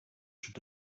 should